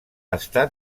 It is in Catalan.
estat